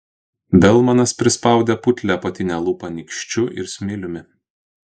belmanas prispaudė putlią apatinę lūpą nykščiu ir smiliumi